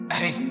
hey